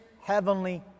heavenly